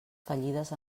fallides